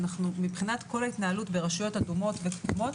מבחינת כל ההתנהלות ברשויות אדומות וכתומות,